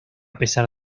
pesar